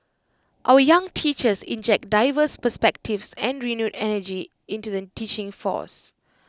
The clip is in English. our young teachers inject diverse perspectives and renewed energy into the teaching force